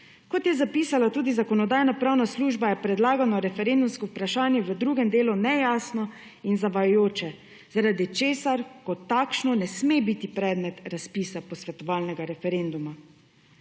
Kot je zapisala tudi Zakonodajno-pravna služba je predlagano referendumsko vprašanje v drugem delu nejasno in zavajajoče zaradi česar kot takšno ne sme biti predmet razpisa posvetovalnega referenduma.